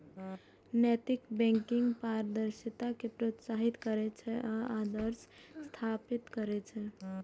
नैतिक बैंकिंग पारदर्शिता कें प्रोत्साहित करै छै आ आदर्श स्थापित करै छै